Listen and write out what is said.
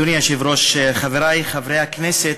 אדוני היושב-ראש, חברי חברי הכנסת,